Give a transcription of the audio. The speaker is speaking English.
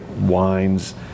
wines